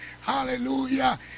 hallelujah